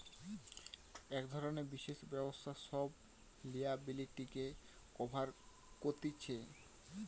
এক ধরণের বিশেষ ব্যবস্থা সব লিয়াবিলিটিকে কভার কতিছে